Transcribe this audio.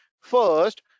first